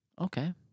Okay